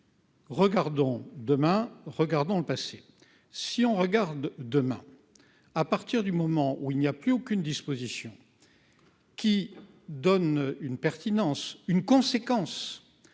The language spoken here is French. Regardons demain, regardons le passé, si on regarde, demain, à partir du moment où il n'y a plus aucune disposition qui donnent une pertinence, une conséquence